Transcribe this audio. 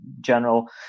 general